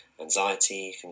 anxiety